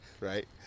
right